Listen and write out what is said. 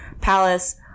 palace